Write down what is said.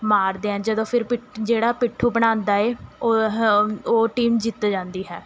ਮਾਰਦੇ ਹੈ ਜਦੋਂ ਫਿਰ ਪਿੱਠ ਜਿਹੜਾ ਪਿੱਠੂ ਬਣਾਉਂਦਾ ਹੈ ਓਹ ਹ ਉਹ ਟੀਮ ਜਿੱਤ ਜਾਂਦੀ ਹੈ